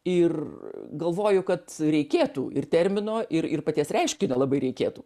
ir galvoju kad reikėtų ir termino ir ir paties reiškinio labai reikėtų